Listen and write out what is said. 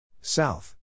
South